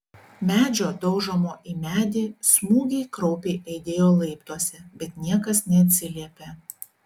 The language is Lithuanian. medžio daužomo į medį smūgiai kraupiai aidėjo laiptuose bet niekas neatsiliepė